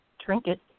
trinket